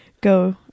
go